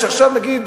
שעכשיו מגיעים,